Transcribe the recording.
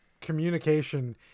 communication